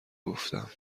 گفتم